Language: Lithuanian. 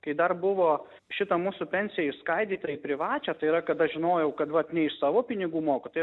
kai dar buvo šita mūsų pensija išskaidyta į privačią tai yra kad aš žinojau kad vat ne iš savo pinigų moku tai